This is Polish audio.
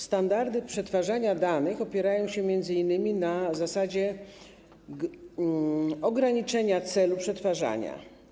Standardy przetwarzania danych opierają się m.in. na zasadzie ograniczenia celu przetwarzania.